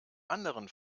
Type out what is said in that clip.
anderen